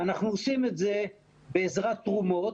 ואנחנו עושים את זה בעזרת תרומות